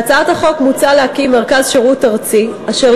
בהצעת החוק מוצע להקים מרכז שירות ארצי אשר